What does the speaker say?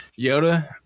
Yoda